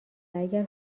اگر